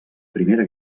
primera